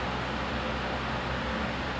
earn and learn programme